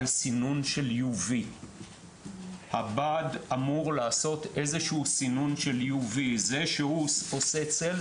לסינון של UV. הבד אמור לעשות איזה שהוא סינון של UV. זה שהוא עושה צל,